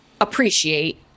appreciate